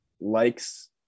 likes –